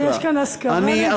היום יש כאן הסכמה נדירה.